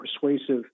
persuasive